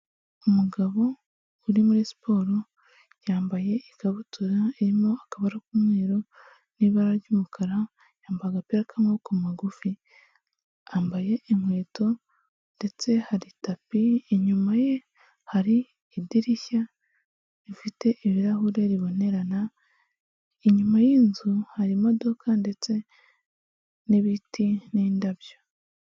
Umugabo uri muri siporo yambaye ikabutura irimo akabara k'umweru n'ibara ry'umukara yambaye agapira k'amaboko magufi yambaye inkweto ndetse hari tapi inyuma ye hari idirishya rifite ibirahure ribonerana inyuma y'inzu hari imodoka ndetse n'ibiti n'indabyo.